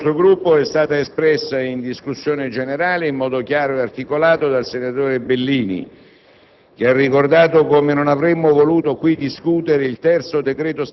Ha ragione Fassino quando dice che i cassonetti in fiamme hanno fatto perdere al centro-sinistra più voti a Como che non in Campania. E a questo proposito ho sentito